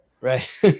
Right